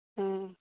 ᱦᱮᱸ